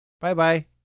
Bye-bye